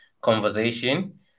conversation